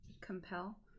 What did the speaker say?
Compel